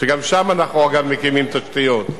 עדיין בטייבה.